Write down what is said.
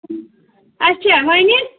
اَچھا وَنہِ